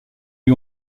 lui